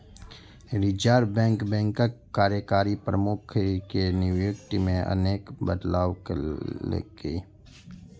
reserve Bank बैंकक कार्यकारी प्रमुख के नियुक्ति मे अनेक बदलाव केलकै